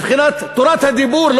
מבחינת תורת הדיבור,